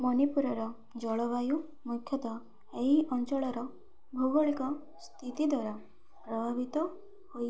ମଣିପୁରର ଜଳବାୟୁ ମୁଖ୍ୟତଃ ଏହି ଅଞ୍ଚଳର ଭୌଗଳିକ ସ୍ଥିତି ଦ୍ୱାରା ପ୍ରଭାବିତ ହୋଇ